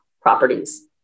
properties